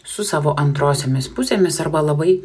su savo antrosiomis pusėmis arba labai